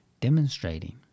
demonstrating